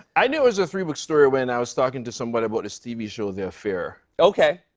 i knew it was a three-book story when i was talking to somebody about this tv show the affair. okay,